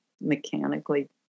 mechanically